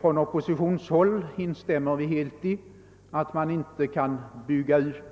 På oppositionshåll instämmer vi helt i att man inte kan bygga ut